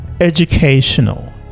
educational